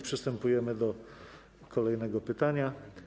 Przystępujemy do kolejnego pytania.